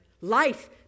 Life